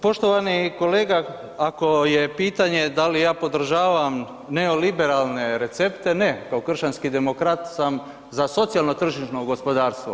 Poštovani kolega, ako je pitanje da li ja podržavam neoliberalne recepte, ne, kao kršćanski demokrat sam za socijalno tržišno gospodarstvo.